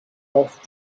off